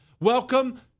Welcome